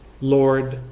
Lord